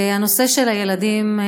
והנושא של הילדים,